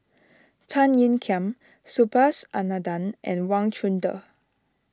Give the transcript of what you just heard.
Tan Ean Kiam Subhas Anandan and Wang Chunde